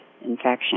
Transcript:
infection